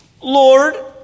Lord